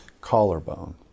collarbone